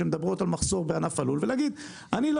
אני לא